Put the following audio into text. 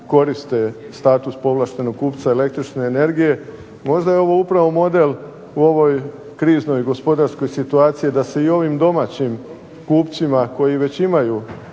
koriste status povlaštenog kupca električne energije. Možda je ovo upravo model u ovoj kriznoj gospodarskoj situaciji da se i ovim domaćim kupcima koji već imaju